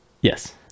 Yes